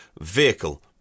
vehicle